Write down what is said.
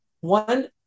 one